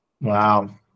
wow